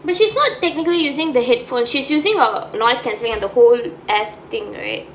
but she's not technically using the headphone she's using her noise cancelling அந்த:antha whole ass thing right